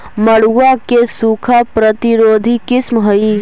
मड़ुआ के सूखा प्रतिरोधी किस्म हई?